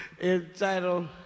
entitled